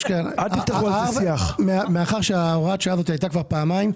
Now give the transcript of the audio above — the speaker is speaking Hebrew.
מאחר שהוראת השעה הזאת הייתה כבר פעמיים,